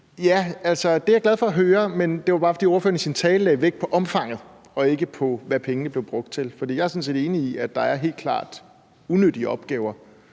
det er jeg glad for at høre, men det var, fordi ordføreren i sin tale lagde vægt på omfanget og ikke på, hvad pengene blev brugt til, for jeg er sådan set enig i, at der helt klart er unyttige opgaver.